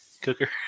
cooker